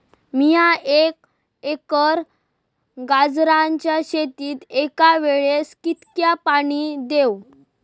मीया एक एकर गाजराच्या शेतीक एका वेळेक कितक्या पाणी देव?